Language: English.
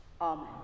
Amen